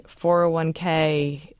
401k